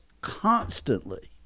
constantly